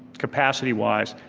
capacity-wise.